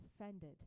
offended